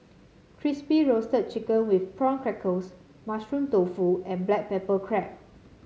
Crispy Roasted Chicken with Prawn Crackers Mushroom Tofu and Black Pepper Crab